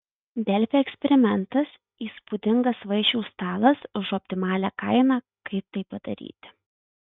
delfi eksperimentas įspūdingas vaišių stalas už optimalią kainą kaip tai padaryti